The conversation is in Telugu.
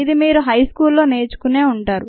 ఇదీ మీరు హై స్కూల్లో నేర్చుకునే ఉంటారు